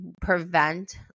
prevent